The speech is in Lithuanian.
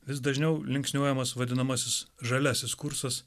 vis dažniau linksniuojamas vadinamasis žaliasis kursas